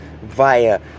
via